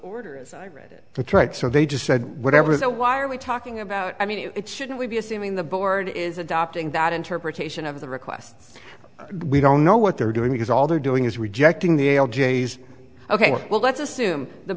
order to try to so they just said whatever the why are we talking about i mean it shouldn't be assuming the board is adopting that interpretation of the requests we don't know what they're doing because all they're doing is rejecting the ale j s ok well let's assume the